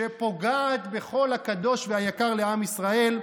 שפוגעת בכל הקדוש והיקר לעם ישראל,